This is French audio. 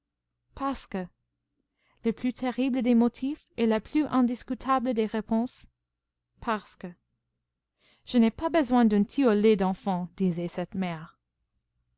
parce que le plus terrible des motifs et la plus indiscutable des réponses parce que je n'ai pas besoin d'une tiaulée d'enfants disait cette mère